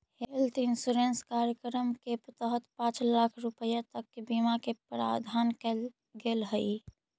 health insurance कार्यक्रम के तहत पांच लाख रुपया तक के बीमा के प्रावधान कैल गेल हइ